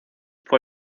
fue